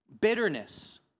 bitterness